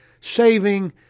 saving